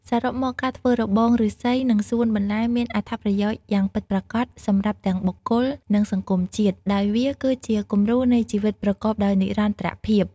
សរុបមក ការធ្វើរបងឬស្សីនិងសួនបន្លែមានអត្ថប្រយោជន៍យ៉ាងពិតប្រាកដសម្រាប់ទាំងបុគ្គល និងសង្គមជាតិ ដោយវាគឺជាគំរូនៃជីវិតប្រកបដោយនិរន្តរភាព។